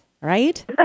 right